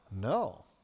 no